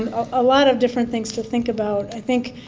and a lot of different things to think about. i think